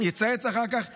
יצייץ אחר כך ביקורת,